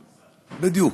בדיוק.